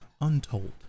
untold